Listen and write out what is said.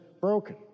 broken